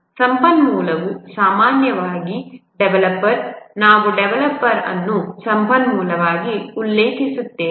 ಸಂಪನ್ಮೂಲವು ಸಾಮಾನ್ಯವಾಗಿ ಡೆವಲಪರ್ ನಾವು ಡೆವಲಪರ್ ಅನ್ನು ಸಂಪನ್ಮೂಲವಾಗಿ ಉಲ್ಲೇಖಿಸುತ್ತೇವೆ